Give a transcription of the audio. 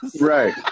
right